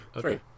Three